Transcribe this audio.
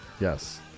yes